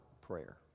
prayer